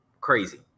crazy